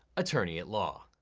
attorney at law.